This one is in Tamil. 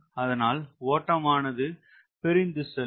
அதனால் ஓட்டமானது பிரிந்து செல்லும்